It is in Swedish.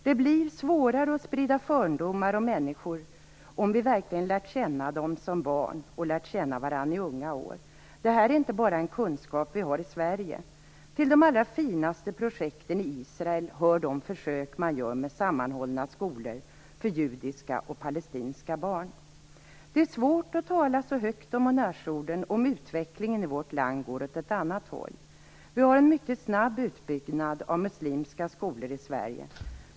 Det blir svårare att sprida fördomar om människor om vi verkligen lärt känna dem som barn och lärt känna varandra i unga år. Detta är inte bara en kunskap som vi har i Sverige. Till de allra finaste projekten i Israel hör de försök man gör med sammanhållna skolor för judiska och palestinska barn. Det är svårt att tala högt om honnörsorden om utvecklingen i vårt land går åt ett annat håll. Vi har en mycket snabb utbyggnad av muslimska skolor i Sverige.